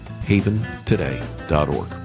HavenToday.org